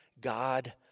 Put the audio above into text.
God